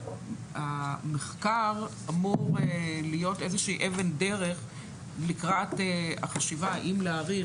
שהמחקר אמור להיות איזושהי אבן דרך לקראת החשיבה האם להאריך,